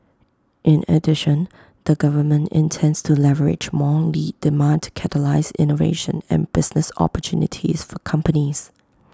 in addition the government intends to leverage more lead demand to catalyse innovation and business opportunities for companies